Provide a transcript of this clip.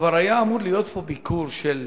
כבר היה אמור להיות פה ביקור של,